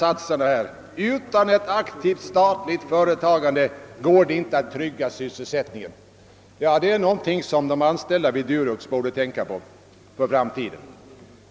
Här står t.ex.: »Utan ett aktivt statligt företagande går det inte att trygga sysselsättningen.» Det är något som de anställda i Durox har anledning att tänka på för framtiden.